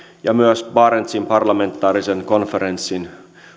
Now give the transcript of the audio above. ja myös barentsin parlamentaarisen konferenssin